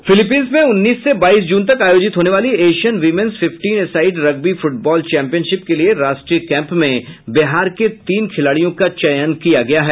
फिलीपिंसी में उन्नीस से बाईस जून तक आयोजित होने वाली Asian women's fifteen a side rugby football championship के लिये राष्ट्रीय कैंप में बिहार के तीन खिलाड़ियों का चयन किया गया है